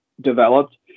developed